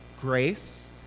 grace